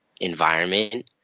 environment